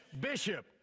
Bishop